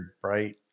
bright